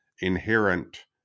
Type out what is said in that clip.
inherent